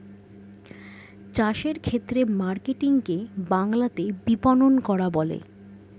চাষের ক্ষেত্রে মার্কেটিং কে বাংলাতে বিপণন করা বলে